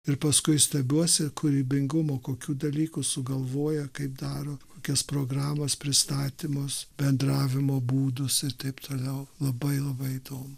ir paskui stebiuosi kūrybingumo kokių dalykų sugalvoja kaip daro kokios programos pristatymas bendravimo būdus ir taip toliau labai labai daug